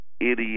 Idiot